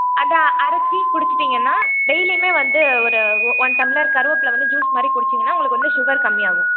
அதை அரைத்து குடிச்சுட்டிங்கன்னா டெய்லியுமே வந்து ஒரு ஒன் டம்ளர் கருவேப்பிலை வந்து ஜூஸ் மாதிரி குடித்திங்கன்னா உங்களுக்கு வந்து சுகர் கம்மியாகவும்